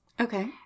Okay